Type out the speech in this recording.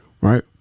right